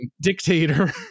dictator